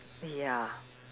ya